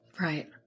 right